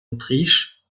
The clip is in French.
autriche